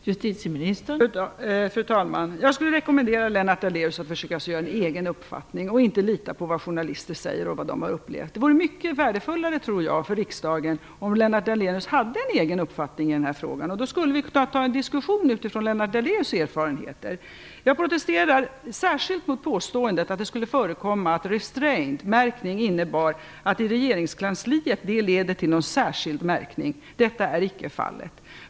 Fru talman! Jag skulle rekommendera Lennart Daléus att försöka skapa sig en egen uppfattning och inte lita på vad journalister säger och på vad de har upplevt. Det vore mycket värdefullare för riksdagen, tror jag, om Lennart Daléus hade en egen uppfattning i den här frågan. Då skulle vi kunna föra en diskussion utifrån Lennart Daléus erfarenheter. Jag protesterar särskilt mot påståendet att det i regeringskansliet skulle förekomma att restraintmärkning leder till någon särskild märkning. Detta är icke fallet.